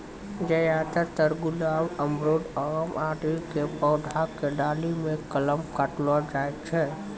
ज्यादातर गुलाब, अमरूद, आम आदि के पौधा के डाली मॅ कलम काटलो जाय छै